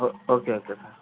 okay okay sir